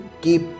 Keep